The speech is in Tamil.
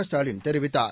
ஸ்டாலின் தெரிவித்தார்